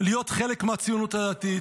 להיות חלק מהציונות הדתית,